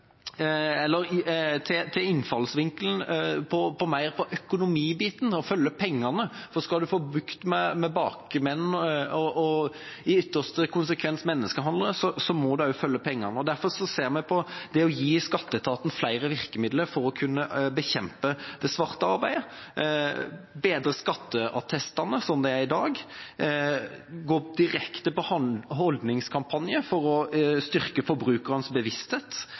skal man få bukt med bakmenn og i ytterste konsekvens menneskehandlere, må det også følge penger med. Derfor ser vi på det å gi skatteetaten flere virkemidler for å kunne bekjempe det svarte arbeidet, bedre skatteattestene, slik det er i dag, gå direkte på holdningskampanjer for å styrke forbrukernes bevissthet,